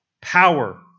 power